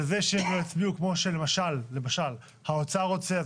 זה שהם לא יצביעו כמו שלמשל האוצר רוצה,